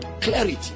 clarity